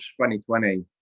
2020